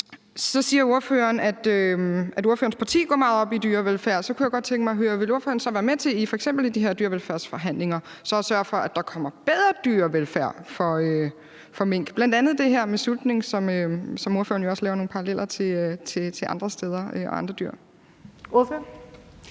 det ligge. Ordføreren siger, at ordførerens parti går meget op i dyrevelfærd, og så kunne jeg godt tænke mig at høre: Vil ordføreren være med til, f.eks. i de her dyrevelfærdsforhandlinger, at sørge for, at der kommer bedre dyrevelfærd for mink, bl.a. i forhold til det her med udsultning, som ordføreren jo også laver nogle paralleller til i forbindelse med andre steder